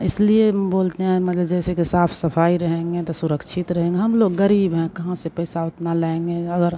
इसलिए हम बोलते हैं मतलब जैसे कि साफ सफाई रहेंगे तो सुरक्षित रहेंगे हम लोग गरीब हैं कहाँ से पैसा उतना लाएँगे अगर